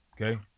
Okay